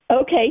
Okay